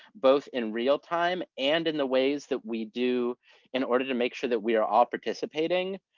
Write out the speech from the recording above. both in real-time and in the ways that we do in order to make sure that we are all participating,